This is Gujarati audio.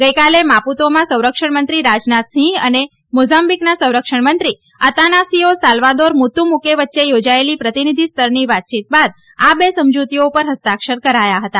ગઇકાલે માપૂતોમાં સંરક્ષણમંત્રી રાજનાથસિંહ અને મોઝાંબીકના સંરક્ષણમંત્રી અતાનાસીઓ સાલ્વાદોર મતુમુકે વચ્ચે ચોજાયેલી પ્રતિનીધીસ્તરની વાતચીત બાદ આ બે સમજતીઓ ઉપર હસ્તાક્ષર કરાયા હતા